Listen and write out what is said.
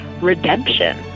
redemption